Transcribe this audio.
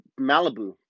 Malibu